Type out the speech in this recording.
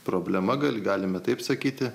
problema gali galime taip sakyti